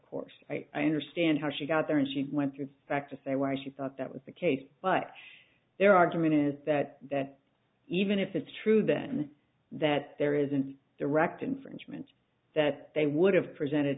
course i understand how she got there and she went through back to say why she thought that was the case but their argument is that that even if it's true then that there is an erect infringement that they would have presented